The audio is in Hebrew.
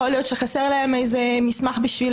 יכול להיות שחסר להם איזה מסמך בשביל